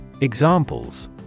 Examples